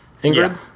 Ingrid